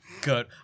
Good